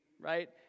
right